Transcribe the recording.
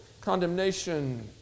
condemnation